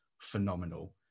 phenomenal